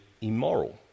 immoral